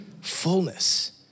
fullness